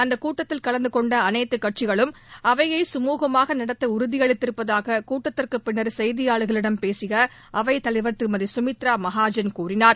அந்தக் கூட்டத்தில் கலந்து கொண்ட அனைத்துக் கட்சிகளும் அவையை கமுகமாக நடத்த உறுதியளித்திருப்பதாக கூட்டத்திற்குப் பின்னர் செய்தியாளர்களிடம் பேசிய அவைத் தலைவர் திருமதி சுமித்ரா மகாஜன் கூறினார்